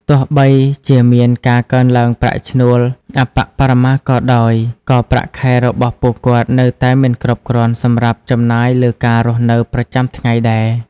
ទោះបីជាមានការកើនឡើងប្រាក់ឈ្នួលអប្បបរមាក៏ដោយ ក៏ប្រាក់ខែរបស់ពួកគាត់នៅតែមិនគ្រប់គ្រាន់សម្រាប់ចំណាយលើការរស់នៅប្រចាំថ្ងៃដែរ។